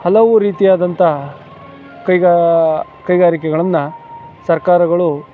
ಹಲವು ರೀತಿಯಾದಂತಹ ಕೈಗಾ ಕೈಗಾರಿಕೆಗಳನ್ನು ಸರ್ಕಾರಗಳು